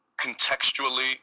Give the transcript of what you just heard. contextually